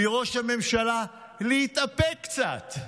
מראש הממשלה להתאפק קצת.